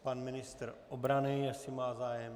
Pan ministr obrany, jestli má zájem.